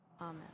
amen